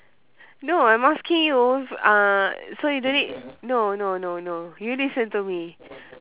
no I'm asking you uh so you don't need no no no you listen to me